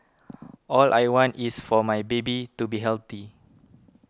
all I want is for my baby to be healthy